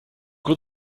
what